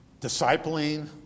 discipling